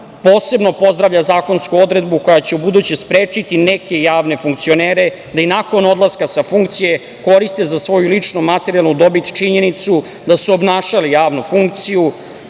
posebno pozdravlja zakonsku odredbu koja će u buduće sprečiti neke javne funkcionere da i nakon odlaska sa funkcije koriste za svoju ličnu materijalnu dobit činjenicu da su obnašali javnu funkciju,